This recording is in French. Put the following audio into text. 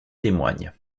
témoignent